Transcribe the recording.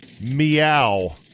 Meow